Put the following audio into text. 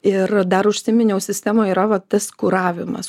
ir dar užsiminiau sistemoj yra va tas kuravimas